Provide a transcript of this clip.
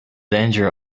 danger